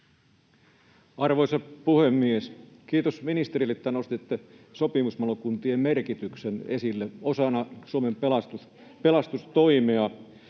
Arvoisa puhemies! Kiitos ministerille, että nostitte sopimuspalokuntien merkityksen esille osana Suomen pelastustoimea.